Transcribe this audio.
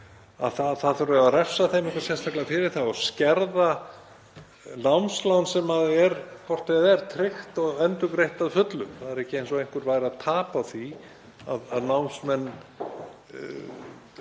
að það þurfi að refsa þeim eitthvað sérstaklega fyrir og skerða námslán sem er hvort eð er tryggt og endurgreitt að fullu. Það er ekki eins og einhver sé að tapa á því að námsmenn